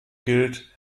gilt